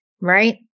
Right